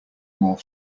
more